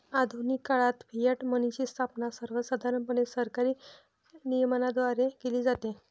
आधुनिक काळात फियाट मनीची स्थापना सर्वसाधारणपणे सरकारी नियमनाद्वारे केली जाते